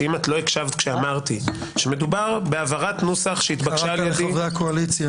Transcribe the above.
שאם לא הקשבת כשאמרתי שמדובר בהעברת נוסח שהתבקש על ידי